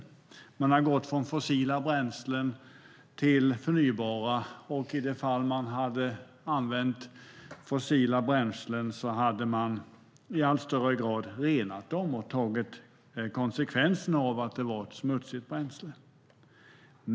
Man har gått från fossila bränslen till förnybara, och i de fall man hade använt fossila bränslen hade man i allt högre grad renat dem och tagit konsekvenserna av att det var smutsigt bränsle.